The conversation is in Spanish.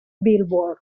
billboard